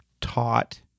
taught